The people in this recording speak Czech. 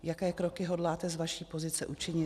Jaké kroky hodláte z vaší pozice učinit?